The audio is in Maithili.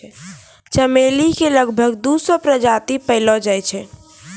चमेली के लगभग दू सौ प्रजाति पैएलो जाय छै